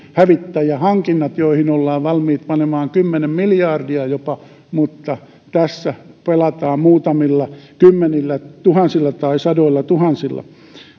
hävittäjähankinnat joihin ollaan valmiit panemaan jopa kymmenen miljardia mutta tässä pelataan muutamilla kymmenillä tai sadoilla tuhansilla